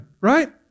right